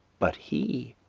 but he,